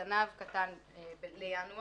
זנב קטן לינואר.